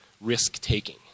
risk-taking